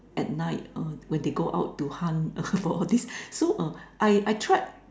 at night uh when they go out to hunt err for all this so uh I I try